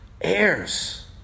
Heirs